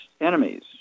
enemies